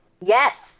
Yes